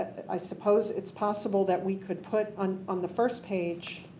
i suppose it's possible that we could put on on the first page